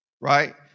right